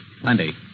Plenty